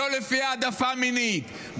לא לפי העדפה מינית.